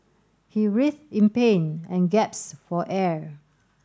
he writhed in pain and gasped for air